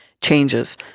changes